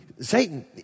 Satan